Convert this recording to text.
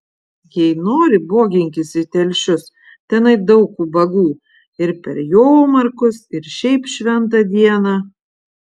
jei nori boginkis į telšius tenai daug ubagų ir per jomarkus ir šiaip šventą dieną